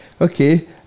Okay